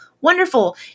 Wonderful